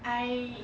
I